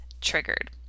triggered